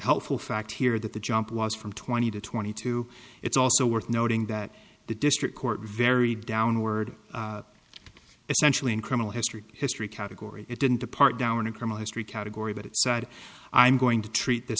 helpful fact here that the jump was from twenty to twenty two it's also worth noting that the district court very downward essentially in criminal history history category it didn't depart down in criminal history category but it said i'm going to treat th